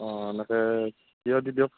অঁ এনেকৈ তিয়ঁহ দি দিয়ক